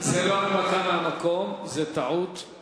זאת לא הנמקה מהמקום, זאת טעות.